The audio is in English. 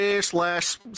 slash